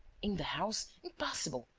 in the house? impossible!